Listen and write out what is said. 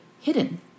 hidden